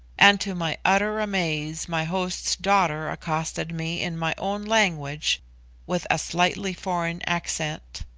and to my utter amaze my host's daughter accosted me in my own language with a slightly foreign accent.